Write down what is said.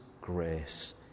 grace